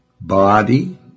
body